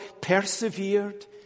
persevered